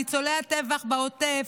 ניצולי הטבח בעוטף,